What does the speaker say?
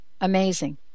amazing